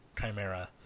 Chimera